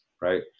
right